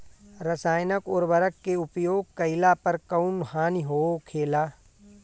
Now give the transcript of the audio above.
रसायनिक उर्वरक के उपयोग कइला पर कउन हानि होखेला?